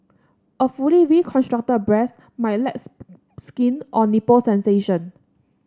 a fully reconstructed breast might lack skin or nipple sensation